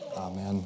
Amen